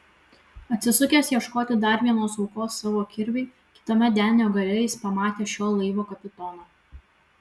atsisukęs ieškoti dar vienos aukos savo kirviui kitame denio gale jis pamatė šio laivo kapitoną